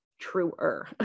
truer